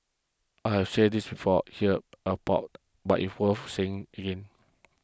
I have said this before here above but if worth saying again